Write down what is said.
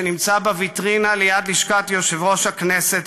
שנמצא בוויטרינה ליד לשכת יושב-ראש הכנסת,